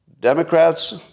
Democrats